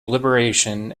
liberation